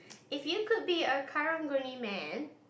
if you could be a karang-guni man